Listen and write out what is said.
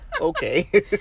Okay